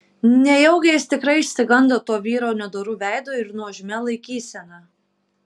nejaugi jis tikrai išsigando to vyro nedoru veidu ir nuožmia laikysena